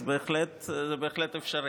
זה בהחלט אפשרי.